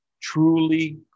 truly